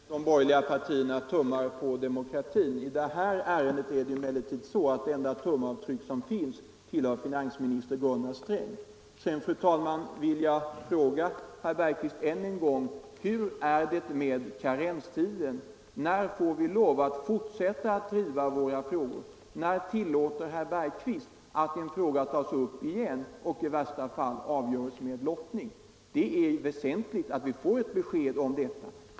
Fru talman! Herr Bergqvist återkommer till att de borgerliga partierna tummar på demokratin. I det här ärendet är det emellertid så att det enda tumavtryck som finns tillhör finansminister Gunnar Sträng. Sedan, fru talman, vill jag än en gång fråga herr Bergqvist hur det är med karenstiden. När får vi lov att fortsätta att driva våra frågor? När tillåter herr Bergqvist att en fråga tas upp igen och i värsta fall avgörs med lottning? Det är väsentligt att vi får ett besked om detta.